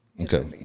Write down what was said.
Okay